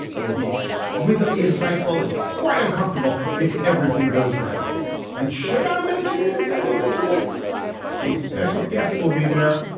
it will be exquisitely insightful and quite uncomfortable if everything goes right and should i mention this i will mention this a special guest will be there.